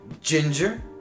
Ginger